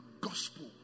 gospel